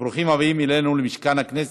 וברוכים אלינו, למשכן הכנסת,